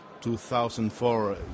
2004